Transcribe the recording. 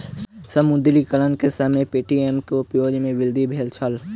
विमुद्रीकरण के समय पे.टी.एम के उपयोग में वृद्धि भेल छल